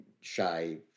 shy